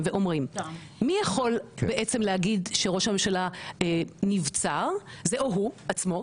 ואומרים מי יכול בעצם להגיד שראש הממשלה נבצר זה או הוא עצמו,